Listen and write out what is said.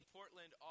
Portland